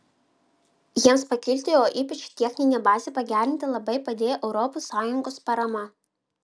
jiems pakilti o ypač techninę bazę pagerinti labai padėjo europos sąjungos parama